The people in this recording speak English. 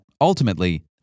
ultimately